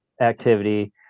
activity